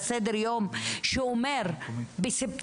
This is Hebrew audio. עבר זמנן, אבל אני רציתי לשאול דבר אחד.